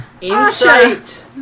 Insight